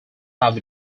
have